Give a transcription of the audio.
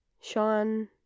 sean